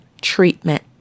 treatment